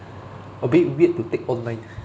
a bit weird to take online